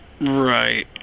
Right